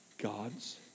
God's